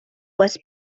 was